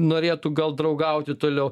norėtų gal draugauti toliau